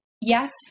yes